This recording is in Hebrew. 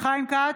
חיים כץ,